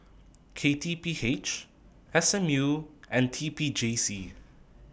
K T P H S M U and T P J C